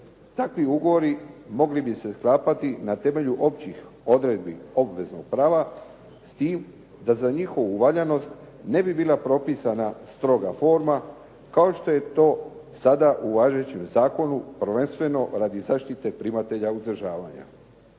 takvi ugovori mogli bi se sklapati na temelju općih odredbi obveznog prava s time da za njihovu valjanost ne bi bila propisana stroga forma kao što je to sada u važećem zakonu prvenstveno radi zaštite primatelja uzdržavanja.